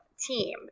team